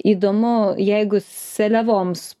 įdomu jeigu seliavoms